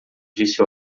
disse